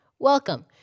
Welcome